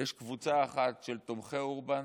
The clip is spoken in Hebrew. יש קבוצה אחת של תומכי אורבן,